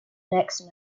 next